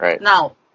now